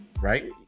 Right